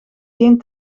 geen